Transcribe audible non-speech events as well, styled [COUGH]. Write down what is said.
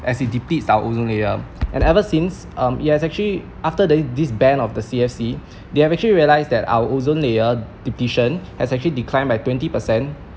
as it depletes our ozone layer and ever since um it has actually after the this ban of the CFC [BREATH] they've actually realised that our ozone layer depletion has actually declined by twenty percent